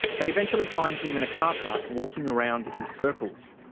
they eventually find him in a carpark walking around in circles.